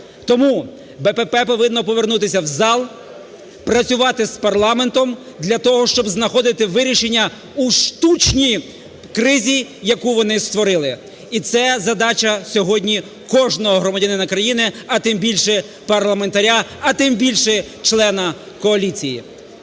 Тому БПП повинно повернутися у зал, працювати з парламентом для того, щоб знаходити вирішення у штучній кризі, яку вони створили. І це задача сьогодні кожного громадянина країни, а тим більше парламентаря, а тим більше члена коаліції.